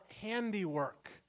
handiwork